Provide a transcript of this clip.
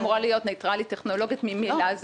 אמורה להיות ניטרלית טכנולוגית ממילא,